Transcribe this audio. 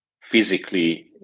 physically